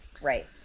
Right